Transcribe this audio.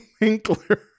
Winkler